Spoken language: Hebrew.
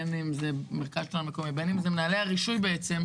בין אם זה מנהלי הרישוי בעצם,